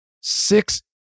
six